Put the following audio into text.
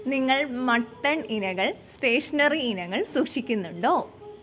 നിങ്ങൾ മട്ടൺ ഇനങ്ങൾ സ്റ്റേഷണറി ഇനങ്ങൾ സൂക്ഷിക്കുന്നുണ്ടോ